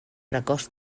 precoç